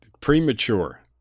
Premature